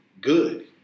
good